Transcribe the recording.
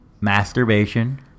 masturbation